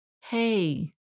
hey